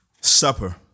Supper